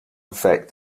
affect